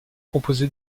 composé